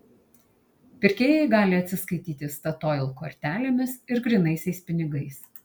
pirkėjai gali atsiskaityti statoil kortelėmis ir grynaisiais pinigais